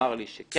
אמר לי שכן.